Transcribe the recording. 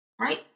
Right